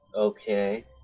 Okay